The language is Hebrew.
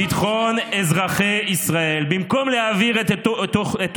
פחות יחסי ציבור ופחות תשומת לב תקשורתית,